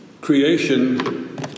creation